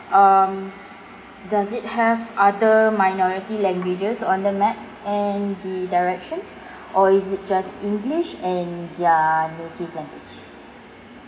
um does it have other minority languages on the maps and the directions or is it just english and their native language